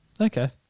Okay